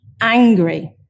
angry